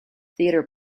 theatre